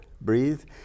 breathe